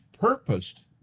purposed